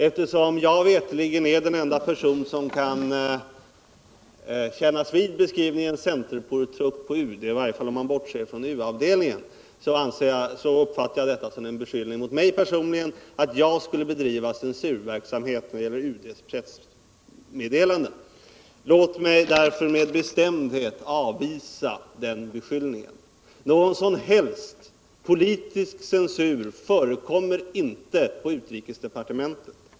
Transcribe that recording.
Eftersom jag veterligen är den enda person som kan kännas vid beskrivningen centerpolitruk på UD, så uppfattar jag detta som en beskyllning mot mig personligen att jag skulle bedriva censurverksamhet när det gäller UD:s pressmeddelanden. Låt mig därför med bestämdhet avvisa den beskyllningen. Någon som helst politisk censur förekommer inte i utrikesdepartementet.